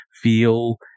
feel